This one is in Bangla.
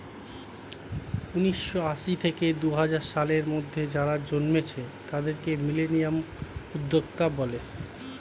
উন্নিশো আশি থেকে দুহাজার সালের মধ্যে যারা জন্মেছে তাদেরকে মিলেনিয়াল উদ্যোক্তা বলে